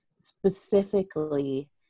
specifically